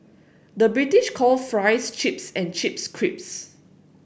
the British call fries chips and chips crisps